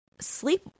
sleep